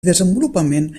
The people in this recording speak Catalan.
desenvolupament